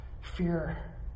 fear